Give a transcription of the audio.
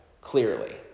clearly